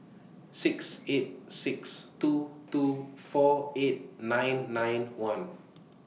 six eight six two two four eight nine nine one